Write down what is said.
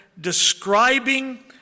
describing